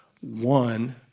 One